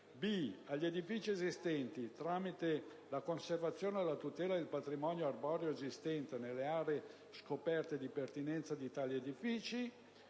agli edifici esistenti, tramite la conservazione e la tutela del patrimonio arboreo esistente nelle aree scoperte di pertinenza di tali edifici;